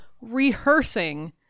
rehearsing